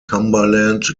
cumberland